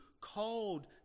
called